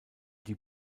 die